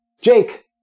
Jake